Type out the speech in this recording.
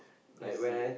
crazy